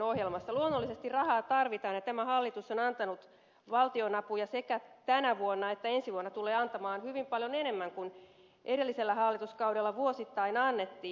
luonnollisesti rahaa tarvitaan ja tämä hallitus on antanut valtionapuja sekä tänä vuonna on antanut että ensi vuonna tulee antamaan hyvin paljon enemmän kuin edellisellä hallituskaudella vuosittain annettiin